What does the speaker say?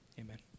Amen